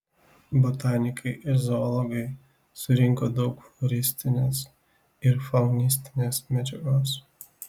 botanikai ir zoologai surinko daug floristinės ir faunistinės medžiagos